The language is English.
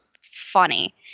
funny